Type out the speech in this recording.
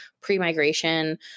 pre-migration